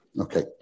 Okay